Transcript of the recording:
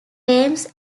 claims